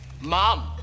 mom